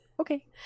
Okay